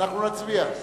ואנחנו נצביע.